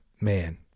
Man